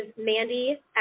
Mandy